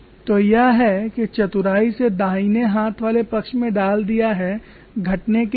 तो यह है कि चतुराई से दाहिने हाथ वाले पक्ष में डाल दिया है घटने के रूप में